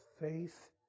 faith